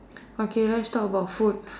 okay let's talk about food